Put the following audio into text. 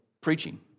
preaching